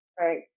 Right